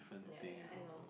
ya ya I know